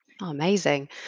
Amazing